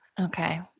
Okay